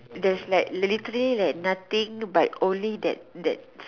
theres like literally like nothing but only that that